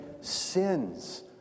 sins